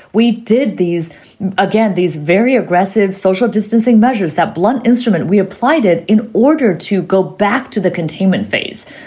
we did these again, these very aggressive social distancing measures, that blunt instrument. we applied it in order to go back to the containment phase.